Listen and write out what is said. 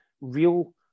real